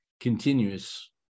continuous